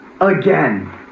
again